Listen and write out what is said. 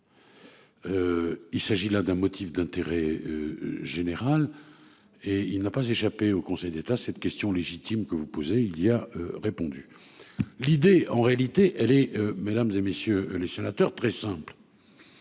Il s'agit là d'un motif d'intérêt. Général et il n'a pas échappé au Conseil d'État cette question légitime que vous posez. Il y a répondu. L'idée en réalité elle est mesdames et messieurs les sénateurs, très simple.